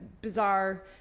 bizarre